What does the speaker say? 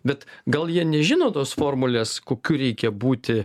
bet gal jie nežino tos formulės kokiu reikia būti